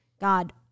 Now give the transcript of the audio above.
God